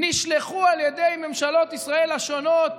נשלחו על ידי ממשלות ישראל השונות